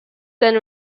then